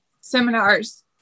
seminars